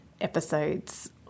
episodes